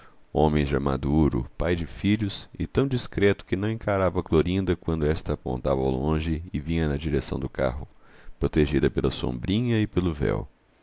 homem já maduro pai de filhos e tão discreto que não encarava clorinda quando esta apontava ao longe e vinha na direção do carro protegida pela sombrinha e pelo véu